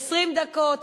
20 דקות,